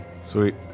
sweet